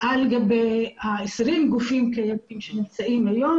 על גבי 20 גופים קיימים שנמצאים היום,